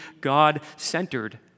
God-centered